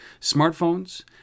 smartphones